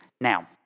Now